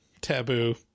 taboo